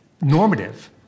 normative